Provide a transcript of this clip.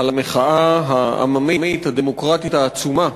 על המחאה העממית הדמוקרטית העצומה